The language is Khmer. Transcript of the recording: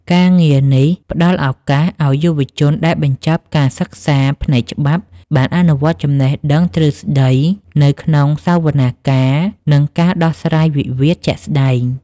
ការងារនេះផ្តល់ឱកាសឱ្យយុវជនដែលបញ្ចប់ការសិក្សាផ្នែកច្បាប់ បានអនុវត្តចំណេះដឹងទ្រឹស្តីនៅក្នុងសវនាការ និងការដោះស្រាយវិវាទជាក់ស្តែង។